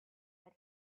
but